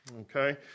Okay